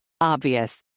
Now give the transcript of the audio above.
Obvious